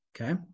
Okay